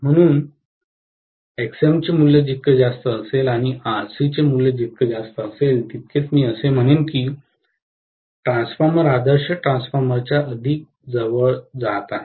म्हणून Xm चे मूल्य जितके जास्त असेल आणि RC चे मूल्य जितके जास्त असेल तितके मी असे म्हणेन की ट्रान्सफॉर्मर आदर्श ट्रान्सफॉर्मरच्या अधिक जवळ जात आहे